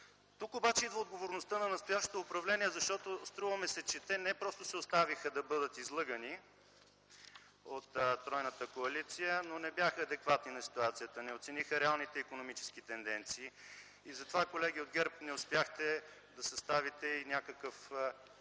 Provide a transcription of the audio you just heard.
Тук идва отговорността на настоящото управление, защото струва ми се, че те не просто се оставиха да бъдат излъгани от тройната коалиция, но не бяха адекватни на ситуацията, не оцениха реалните икономически тенденции. И затова, колеги от ГЕРБ, не успяхте да съставите и някакъв